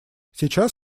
сейчас